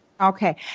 Okay